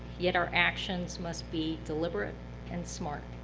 yet our actions must be deliberate and smart.